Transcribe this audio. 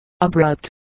abrupt